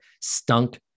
stunk